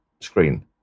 screen